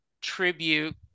tribute